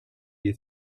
you